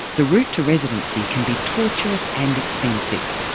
the route to residency can be tortuous and expensive,